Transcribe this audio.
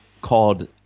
called